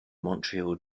montreal